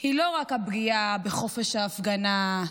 היא לא רק הפגיעה בחופש ההפגנה,